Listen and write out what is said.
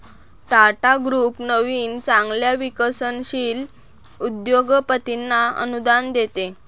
Tata group नवीन चांगल्या विकसनशील उद्योगपतींना अनुदान देते